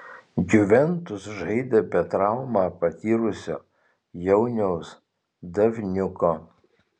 juventus žaidė be traumą patyrusio jauniaus davniuko